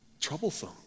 troublesome